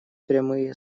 прямые